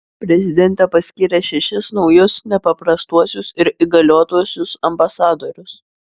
prezidentė paskyrė šešis naujus nepaprastuosius ir įgaliotuosiuos ambasadorius